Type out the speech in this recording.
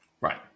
Right